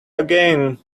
again